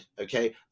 okay